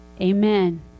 amen